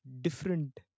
different